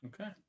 okay